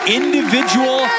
individual